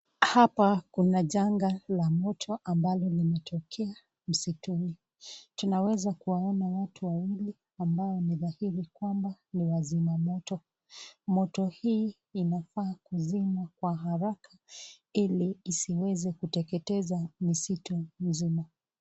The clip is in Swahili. Hapa kuna janga la moto ambalo limetokea msituni. Tunaweza kuwaona watu wawili ambao ni dhahiri kwamba ni wazima moto. Moto hii inafaa kuzimwa kwa haraka ili isiweze kuteketeza misitu mzima.